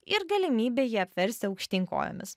ir galimybė jį apversti aukštyn kojomis